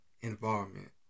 environment